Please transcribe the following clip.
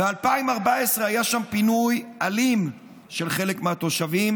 ב-2014 היה שם פינוי אלים של חלק מהתושבים,